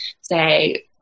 say